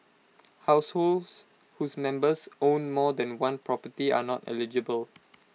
households whose members own more than one property are not eligible